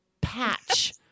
patch